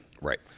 Right